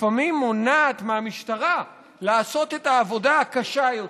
לפעמים מונעת מהמשטרה לעשות את העבודה הקשה יותר,